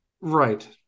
Right